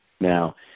Now